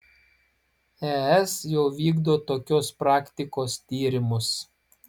es jau vykdo tokios praktikos tyrimus